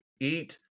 eat